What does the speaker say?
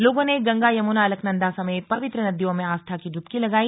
लोगों ने गंगा यमुना अलकनंदा समेत पवित्र नदियों में आस्था की डुबकी लगाई